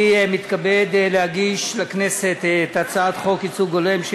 אני מתכבד להגיש לכנסת את הצעת חוק ייצוג הולם של